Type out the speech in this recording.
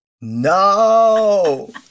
No